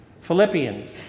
Philippians